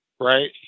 right